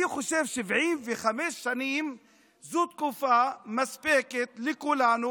אני חושב ש-75 שנים זו תקופה מספקת לכולנו